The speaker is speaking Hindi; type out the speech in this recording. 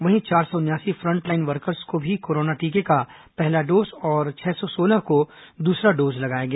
वहीं चार सौ उनयासी फ्रंटलाइन वर्कर्स को कोरोना टीके का पहला डोज और छह सौ सोलह को दूसरा डोज लगाया गया